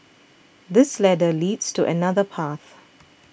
this ladder leads to another path